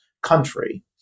country